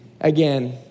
again